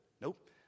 Nope